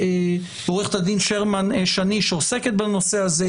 עוה"ד שרמן שני שעוסקת בנושא הזה,